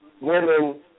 women